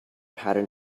pattern